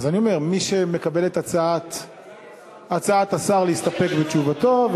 מי שמקבל את הצעת השר להסתפק בתשובתו,